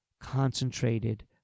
concentrated